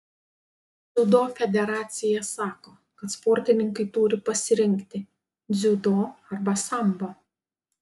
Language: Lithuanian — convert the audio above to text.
dziudo federacija sako kad sportininkai turi pasirinkti dziudo arba sambo